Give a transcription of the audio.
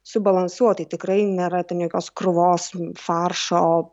subalansuotai tikrai nėra tokios krūvos faršo